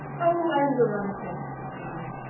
oh, ann veronica! he cried,